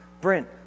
Brent